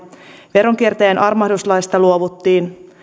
veronkiertäjien armahduslaista luovuttiin